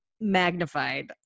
magnified